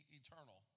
eternal